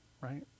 Right